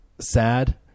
sad